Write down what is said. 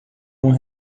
uma